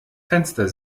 fenster